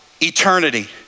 eternity